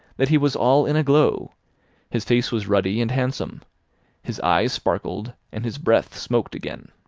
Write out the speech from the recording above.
that he was all in a glow his face was ruddy and handsome his eyes sparkled, and his breath smoked again.